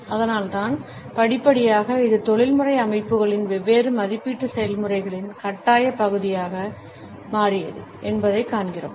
அதனால்தான் படிப்படியாக இது தொழில்முறை அமைப்புகளில் வெவ்வேறு மதிப்பீட்டு செயல்முறைகளின் கட்டாய பகுதியாக மாறியது என்பதைக் காண்கிறோம்